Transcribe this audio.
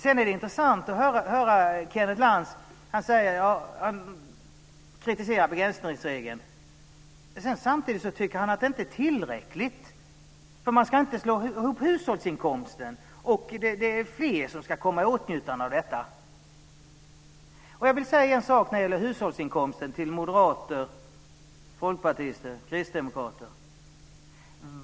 Sedan är det intressant när Kenneth Lantz kritiserar begränsningsregeln. Samtidigt tycker han att det inte är tillräckligt, eftersom man inte ska slå ihop hushållsinkomsten, och att fler ska komma i åtnjutande av detta. Jag vill till moderater, folkpartister och kristdemokrater säga något om hushållsinkomster.